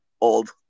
old